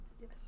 Yes